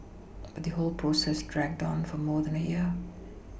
but the whole process dragged on for more than a year